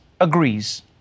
agrees